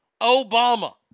Obama